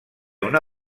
una